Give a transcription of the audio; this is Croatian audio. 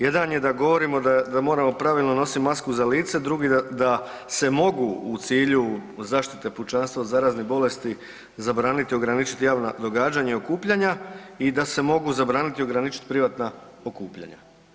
Jedan je da govorimo da moramo pravilno nositi masku za lice, drugi da se mogu u cilju zaštite pučanstva od zaraznih bolesti zabraniti i ograničiti javna događanja i okupljanja i da se mogu zabraniti i ograničiti privatna okupljanja.